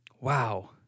wow